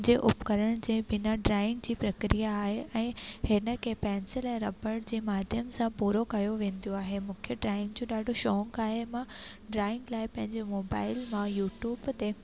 जे उपकरण जे बिना ड्रॉइंग जी प्रक्रिया आहे ऐं हिन खे पेंसिल ऐं रबड़ जे माध्यम सां पूरो कयो वेंदो आहे मूंखे ड्रॉइंग जो ॾाढो शौक़ु आहे मां ड्रॉइंग लाइ पंहिंजे मोबाइल मां यूट्यूब ते